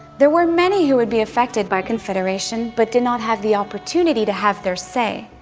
there were many who would be affected by confederation, but did not have the opportunity to have their say.